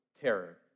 terror